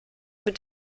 mit